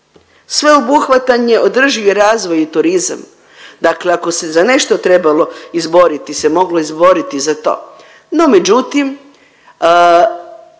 sveobuhvatan je održivi razvoj i turizam. Dakle, ako se za nešto trebalo izboriti se moglo izboriti za to. No međutim,